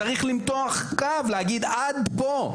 צריך למתוח קו ולהגיד עד פה.